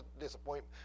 disappointment